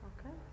Okay